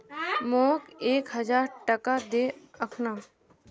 मोक एक हजार टका दे अखना